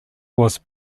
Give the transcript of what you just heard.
was